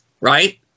right